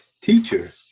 teacher